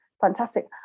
fantastic